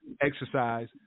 Exercise